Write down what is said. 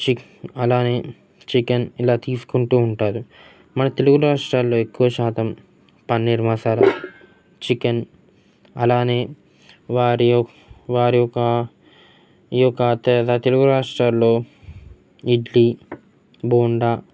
చిక్ అలానే చికెన్ ఇలా తీసుకుంటూ ఉంటారు మన తెలుగు రాష్ట్రాల్లో ఎక్కువ శాతం పన్నీర్ మసాలా చికెన్ అలానే వారి యొ వారి యొక్క ఈ యొక్క తెలుగు రాష్ట్రాల్లో ఇడ్లీ బోండా